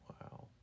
Wow